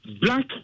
Black